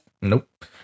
nope